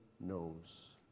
knows